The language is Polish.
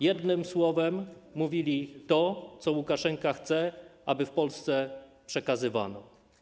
Jednym słowem mówili to, co Łukaszenka chce, aby w Polsce przekazywano.